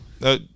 no